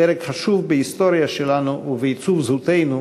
פרק חשוב בהיסטוריה שלנו ובעיצוב זהותנו,